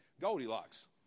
goldilocks